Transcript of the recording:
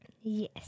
Yes